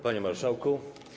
Panie Marszałku!